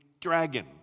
dragon